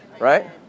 Right